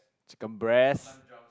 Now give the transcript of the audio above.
chicken breast